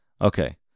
Okay